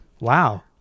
Wow